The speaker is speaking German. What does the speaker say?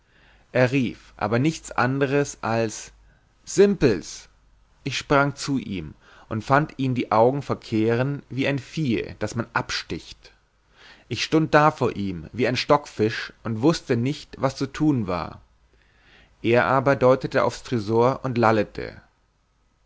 er rief aber nicht anders als simpls ich sprang zu ihm und fand ihn die augen verkehren wie ein viehe das man absticht ich stund da vor ihm wie ein stockfisch und wußte nicht was zu tun war er aber deutet aufs trysor und lallete